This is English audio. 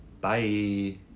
bye